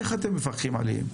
איך אתם מפקחים עליהם?